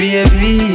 Baby